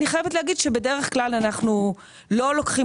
אני חייבת להגיד שבדרך כלל אנחנו לא לוקחים